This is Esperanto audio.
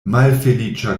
malfeliĉa